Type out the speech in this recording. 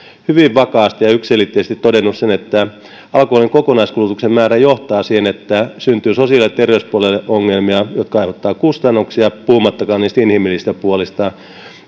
hyvin vakaasti ja yksiselitteisesti todenneet sen että alkoholin kokonaiskulutuksen määrä johtaa siihen että syntyy sosiaali ja terveyspuolelle ongelmia jotka aiheuttavat kustannuksia puhumattakaan niistä inhimillisistä puolista